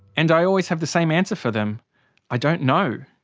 and i always have the same answer for them i don't know.